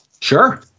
Sure